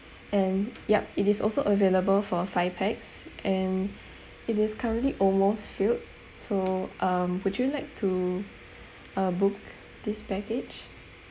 and yup it is also available for five pax and it is currently almost filled so um would you like to uh book this package